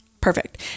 Perfect